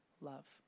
love